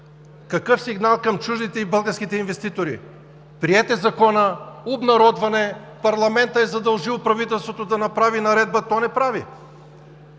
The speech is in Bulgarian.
Какъв е сигналът към чуждите и българските инвеститори: приет е Законът, обнародван е, парламентът е задължил правителството да направи наредба, а то не прави.